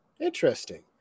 Interesting